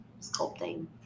sculpting